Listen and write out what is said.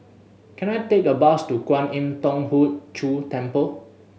can I take a bus to Kwan Im Thong Hood Cho Temple